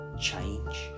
Change